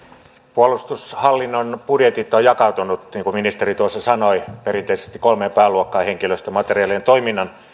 puolustushallinnon budjetit ovat jakautuneet niin kuin ministeri tuossa sanoi perinteisesti kolmeen pääluokkaan henkilöstön materiaalien ja toiminnan